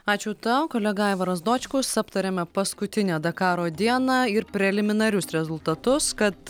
ačiū tau kolega aivaras dočkus aptarėme paskutinę dakaro dieną ir preliminarius rezultatus kad